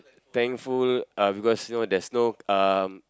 thankful uh because you know there's no um